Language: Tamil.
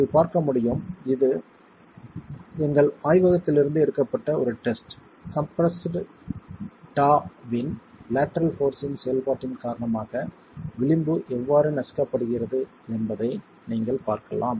நீங்கள் பார்க்க முடியும் இது எங்கள் ஆய்வகத்திலிருந்து எடுக்கப்பட்ட ஒரு டெஸ்ட் கம்ப்ரெஸ்டு டா வின் லேட்டரல் போர்ஸ்ஸின் செயல்பாட்டின் காரணமாக விளிம்பு எவ்வாறு நசுக்கப்படுகிறது என்பதை நீங்கள் பார்க்கலாம்